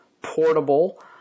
portable